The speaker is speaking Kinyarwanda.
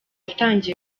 atangiye